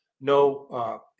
no